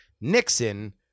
Nixon